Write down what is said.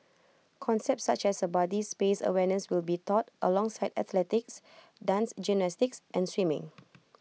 concepts such as A body space awareness will be taught alongside athletics dance gymnastics and swimming